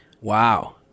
wow